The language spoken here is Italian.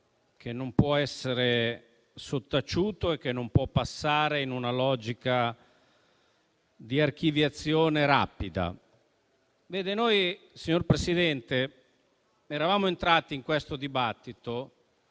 che non può essere sottaciuto e che non può passare in una logica di archiviazione rapida. Signor Presidente, eravamo entrati in questo dibattito